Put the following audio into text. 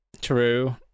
True